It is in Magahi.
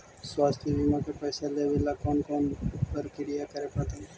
स्वास्थी बिमा के पैसा लेबे ल कोन कोन परकिया करे पड़तै?